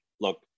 Look